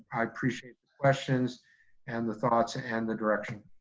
i appreciate the questions and the thoughts and the direction.